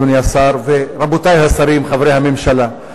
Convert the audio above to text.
אדוני השר ורבותי השרים חברי הממשלה.